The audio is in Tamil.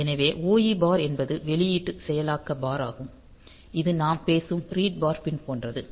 எனவே OE பார் என்பது வெளியீட்டு செயலாக்க பார் ஆகும் இது நாம் பேசும் ரீட் பார் பின் போன்றது